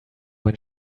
when